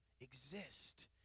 exist